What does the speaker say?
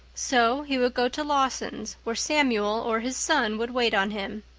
so he would go to lawson's, where samuel or his son would wait on him.